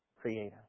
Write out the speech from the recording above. Creator